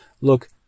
look